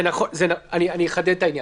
לא, אני אחדד את העניין.